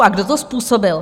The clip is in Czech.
A kdo to způsobil?